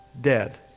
dead